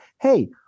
hey